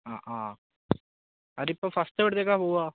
ആ ആ അവർ ഇപ്പം ഫസ്റ്റ് എവിടെത്തേക്കാണ് പോവുക